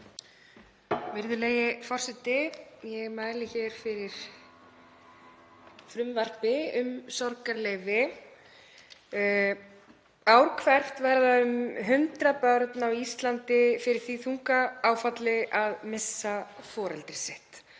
Virðulegi forseti. Ég mæli hér fyrir frumvarpi um sorgarleyfi. Ár hvert verða um 100 börn á Íslandi fyrir því þunga áfalli að missa foreldri sitt.